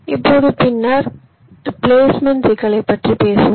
இப்போது பின்னர் பிளேஸ்மெண்ட் சிக்கலைப் பற்றி பேசுவோம்